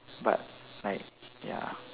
but like ya